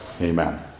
Amen